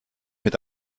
mit